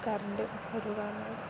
current ഒരു